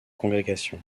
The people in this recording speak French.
congrégation